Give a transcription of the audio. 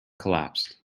collapsed